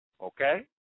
okay